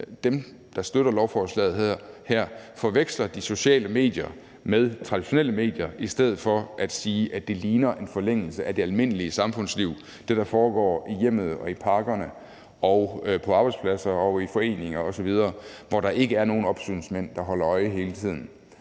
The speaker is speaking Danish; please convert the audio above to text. dem, der støtter lovforslaget, forveksler de sociale medier med traditionelle medier i stedet for at sige, at det liggger i forlængelse af det almindelige samfundsliv, af det, der foregår i hjemmet, i parkerne, på arbejdspladserne, i foreninger osv., hvor der ikke er nogen opsynsmand, der hele tiden